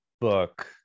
book